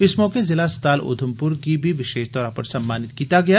इस मौके ज़िला अस्पताल उधमपुर गी बी विषेश तौरा पर सम्मानित कीता गेया